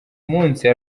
munsi